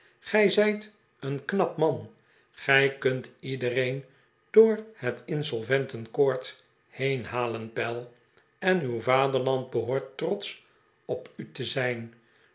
gij zijt een knap man gij kunt iedereen door het insolvent court heenhalen pell en uw vaderland behoort trotsch op u te zijn